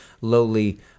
lowly